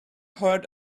heard